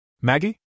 Maggie